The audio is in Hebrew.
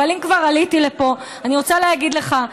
אבל אם כבר עליתי לפה, אני רוצה להגיד לך,